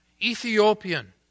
Ethiopian